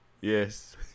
Yes